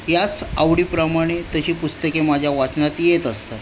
याच आवडीप्रमाणे तशी पुस्तके माझ्या वाचनात येत असतात